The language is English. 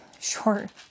short